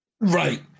Right